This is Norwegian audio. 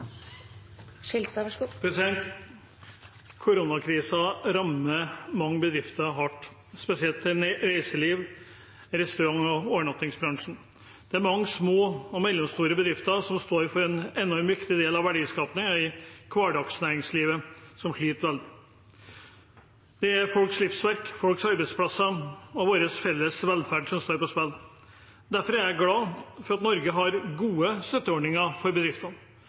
rammer mange bedrifter hardt, spesielt innen reiselivs-, restaurant- og overnattingsbransjen. Det er mange små og mellomstore bedrifter, som står for en enormt viktig del av verdiskapingen i hverdagsnæringslivet, som sliter veldig. Det er folks livsverk, folks arbeidsplasser og vår felles velferd som står på spill. Derfor er jeg glad for at Norge har gode støtteordninger for bedriftene.